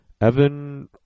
Evan